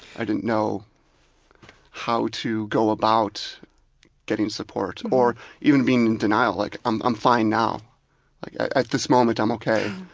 i didn't know how to go about getting support, or even being in denial. like, i'm i'm fine now, like at this moment i'm ok,